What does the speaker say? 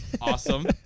Awesome